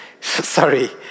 sorry